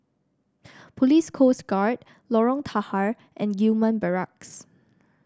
Police Coast Guard Lorong Tahar and Gillman Barracks